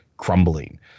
crumbling